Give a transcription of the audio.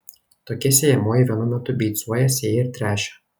tokia sėjamoji vienu metu beicuoja sėja ir tręšia